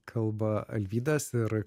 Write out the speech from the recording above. kalba alvydas ir